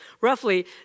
Roughly